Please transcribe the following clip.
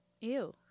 Ew